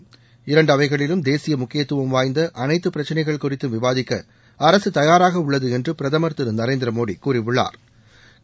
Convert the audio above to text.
் இரண்டு அவைகளிலும் தேசிய முக்கியத்துவம் வாய்ந்த அனைத்து பிரச்சினைகள் குறித்தும் விவாதிக்க அரசு தயாராக உள்ளது என்று பிரதமர் திரு நரேந்திர மோடி கூறியுள்ளாா்